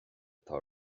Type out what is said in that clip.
atá